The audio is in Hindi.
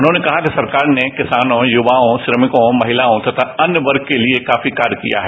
उन्होंने कहा कि सरकार ने किसानों युवाओं श्रमिकों महिलाओं तथा अन्य वर्गों के लिए काफी कार्य किया है